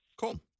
Cool